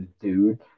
dude